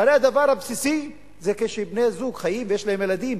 הרי הדבר הבסיסי זה כשבני-זוג חיים ויש להם ילדים.